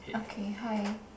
okay hi